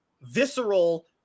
visceral